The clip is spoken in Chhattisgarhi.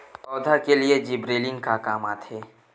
पौधा के लिए जिबरेलीन का काम आथे?